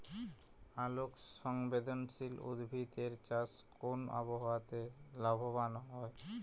আলোক সংবেদশীল উদ্ভিদ এর চাষ কোন আবহাওয়াতে লাভবান হয়?